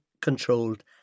controlled